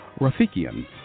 Rafikian